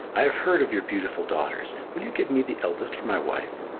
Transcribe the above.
i have heard of your beautiful daughters. will you give me the eldest for my wife?